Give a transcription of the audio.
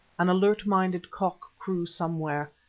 an alert-minded cock crew somewhere,